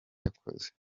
yakoze